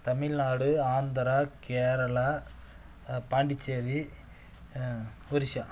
Tamil Nadu Andhra Kerala Pondicherry Orissa